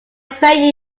pray